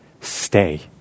stay